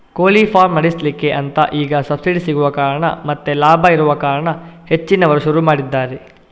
ಕೋಳಿ ಫಾರ್ಮ್ ನಡೆಸ್ಲಿಕ್ಕೆ ಅಂತ ಈಗ ಸಬ್ಸಿಡಿ ಸಿಗುವ ಕಾರಣ ಮತ್ತೆ ಲಾಭ ಇರುವ ಕಾರಣ ಹೆಚ್ಚಿನವರು ಶುರು ಮಾಡಿದ್ದಾರೆ